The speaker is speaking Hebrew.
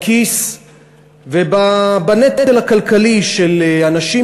בכיס ובנטל הכלכלי של אנשים,